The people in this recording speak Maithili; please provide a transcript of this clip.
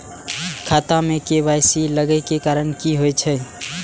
खाता मे के.वाई.सी लागै के कारण की होय छै?